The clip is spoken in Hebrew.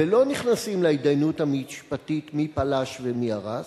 ולא נכנסים להתדיינות המשפטית מי פלש ומי הרס,